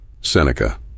seneca